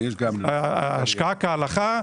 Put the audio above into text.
השקעה כהלכה,